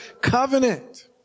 covenant